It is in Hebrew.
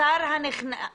השר הנכנס,